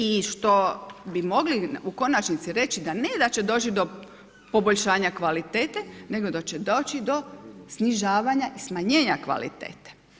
I što bi mogli u konačnici reći da ne da će doći do poboljšanja kvalitete, nego da će doći do snižavanja i smanjenja kvalitete.